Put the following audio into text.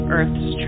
Earth's